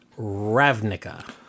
Ravnica